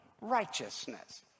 righteousness